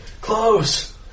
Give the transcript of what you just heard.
Close